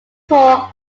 tour